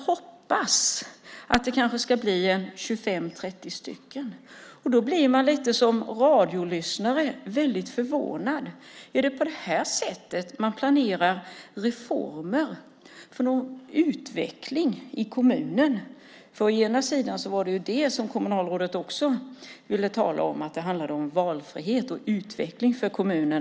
Detta sade hon som svar på journalistens fråga. Som radiolyssnare blir man förvånad. Är det på det sättet man planerar reformer och en utveckling av kommunen? Kommunalrådet ville nämligen också föra fram att införandet av en sådan reform handlade om valfrihet och utveckling.